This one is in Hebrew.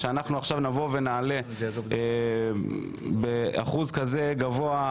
שאנחנו עכשיו נבוא ונעלה באחוז כזה גבוה,